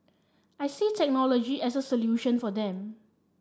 I see technology as a solution for them